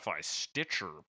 Stitcher